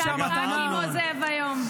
חושב שהמתנה ----- בכניסת ח"כים, עוזב היום.